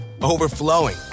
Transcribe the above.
overflowing